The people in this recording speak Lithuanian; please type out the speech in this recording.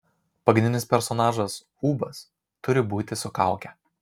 pagrindinis personažas ūbas turi būti su kauke